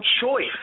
choice